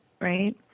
Right